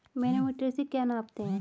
Manometer से क्या नापते हैं?